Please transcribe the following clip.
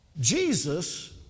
Jesus